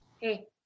Hey